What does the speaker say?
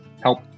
help